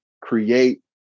create